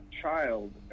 child